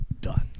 done